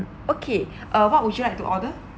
okay uh what would you like to order